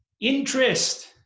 interest